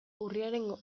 urriaren